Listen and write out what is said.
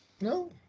no